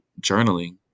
journaling